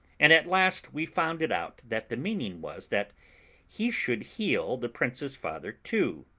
and at last we found it out, that the meaning was, that he should heal the prince's father too,